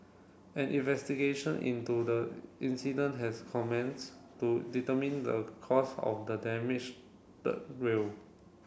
an investigation into the incident has commenced to determine the cause of the damaged third rail